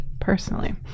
personally